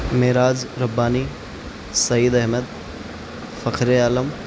معراج ربانی سعید احمد فخر عام